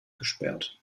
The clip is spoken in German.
gesperrt